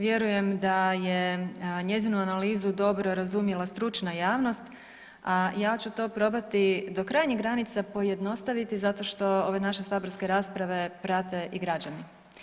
Vjerujem da je njezinu analizu dobro razumjela stručna javnost, a ja ću to probati do krajnjih granica pojednostaviti zato što ove naše saborske rasprave prate i građani.